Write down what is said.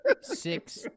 Six